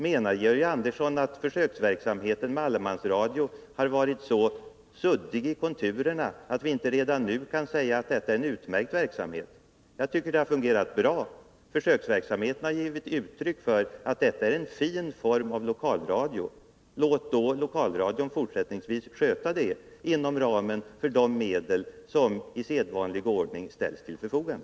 Menar Georg Andersson att försöksverksamheten med allemansradio har varit så suddig i konturerna att vi inte redan nu kan säga att det är en utmärkt verksamhet? Jag tycker att det hela har fungerat bra. Försöksverksamheten har visat att detta är en fin form av lokalradio. Låt då lokalradion fortsättningsvis sköta detta, inom ramen för de medel som i sedvanlig ordning ställs till förfogande.